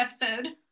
episode